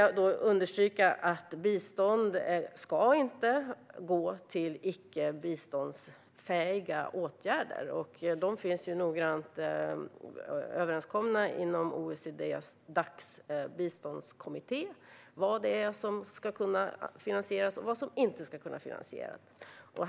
Jag vill understryka att bistånd inte ska gå till icke biståndsfähiga åtgärder. Det finns noggrant överenskommet inom OECD:s biståndskommitté Dac vad som ska kunna finansieras och vad som inte ska kunna finansieras.